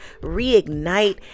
reignite